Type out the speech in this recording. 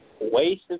Waste